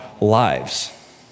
lives